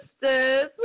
Sisters